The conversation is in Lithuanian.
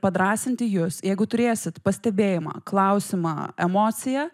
padrąsinti jus jeigu turėsit pastebėjimą klausimą emociją